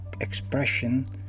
expression